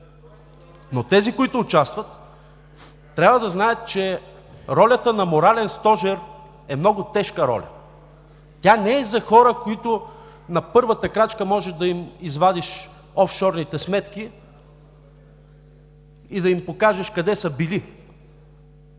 но тези, които участват, трябва да знаят, че ролята на морален стожер е много тежка роля. Тя не е за хора, които на първата крачка може да им извадиш офшорните сметки и да им покажеш къде са били